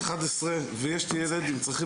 הבן שלי בן 10 ויש לי ילד עם צרכים